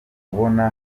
kubona